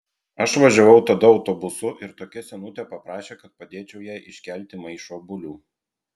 aš važiavau tada autobusu ir tokia senutė paprašė kad padėčiau jai iškelti maišą obuolių